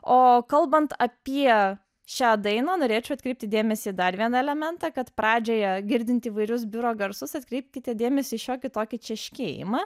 o kalbant apie šią dainą norėčiau atkreipti dėmesį į dar vieną elementą kad pradžioje girdint įvairius biuro garsus atkreipkite dėmesį šiokį tokį češkėjimą